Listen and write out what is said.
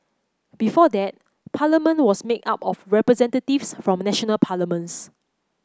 before that Parliament was made up of representatives from national parliaments